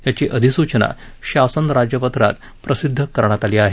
याची अधिसूचना शासन राजपत्रात प्रसिद्ध करण्यात आली आहे